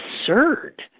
absurd